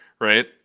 Right